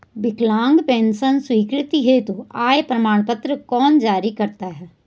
विकलांग पेंशन स्वीकृति हेतु आय प्रमाण पत्र कौन जारी करता है?